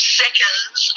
seconds